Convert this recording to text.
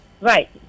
Right